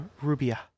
Rubia